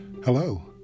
Hello